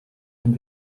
dem